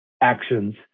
actions